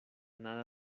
nada